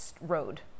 road